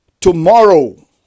tomorrow